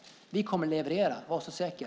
Vi kommer att leverera. Var så säker!